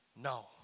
no